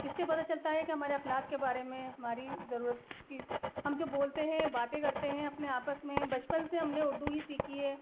اس سے پتہ چلتا ہے کہ ہمارے اخلاق کے بارے میں ہماری ضرورت ہم جو بولتے ہیں باتیں کرتے ہیں اپنے آپس میں بچپن سے ہم نے اردو ہی سیکھی ہے